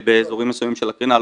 באזורים מסוימים של הקרינה,